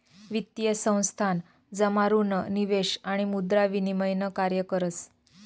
वित्तीय संस्थान जमा ऋण निवेश आणि मुद्रा विनिमय न कार्य करस